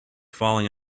falling